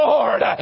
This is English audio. Lord